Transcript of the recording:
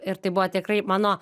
ir tai buvo tikrai mano